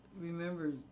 remember